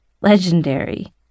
Legendary